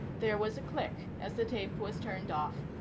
there was a click as the tape was turned off,